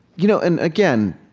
you know and again,